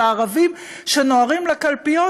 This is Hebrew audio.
של הערבים שנוהרים לקלפיות,